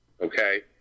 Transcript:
Okay